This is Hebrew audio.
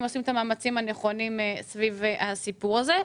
אם עושים את המאמצים הנכונים סביב הסיפור הזה,